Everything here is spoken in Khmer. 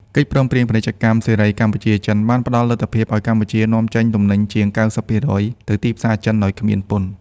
កិច្ចព្រមព្រៀងពាណិជ្ជកម្មសេរីកម្ពុជា-ចិន បានផ្ដល់លទ្ធភាពឱ្យកម្ពុជានាំចេញទំនិញជាង ៩០% ទៅទីផ្សារចិនដោយគ្មានពន្ធ។